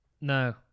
No